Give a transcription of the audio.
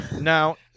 Now